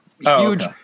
Huge